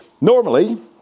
Normally